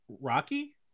Rocky